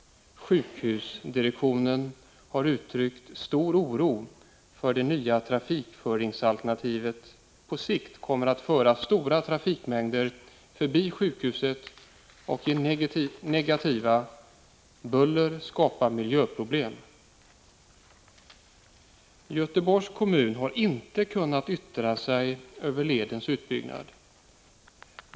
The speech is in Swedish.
Sjukhusdirektionen har gett uttryck för stor oro för att det nya trafikföringsalternativet på sikt kan komma att medföra en stor trafikmängd utanför sjukhuset och — vilket är negativt — skapa buller och miljöproblem. Göteborgs kommun har inte kunnat yttra sig över frågan om ledens utbyggnad.